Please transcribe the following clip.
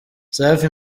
safi